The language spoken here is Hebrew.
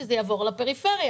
שזה יעבור לפריפריה,